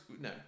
No